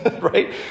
right